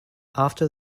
after